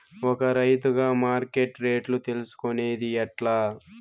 ఒక రైతుగా మార్కెట్ రేట్లు తెలుసుకొనేది ఎట్లా?